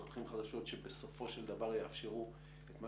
דרכים חדשות שבסופו של דבר יאפשרו את מה